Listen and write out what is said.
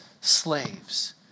slaves